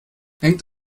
hängt